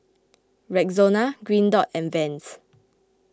Rexona Green Dot and Vans